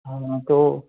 ہاں تو